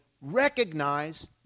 recognize